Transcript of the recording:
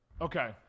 Okay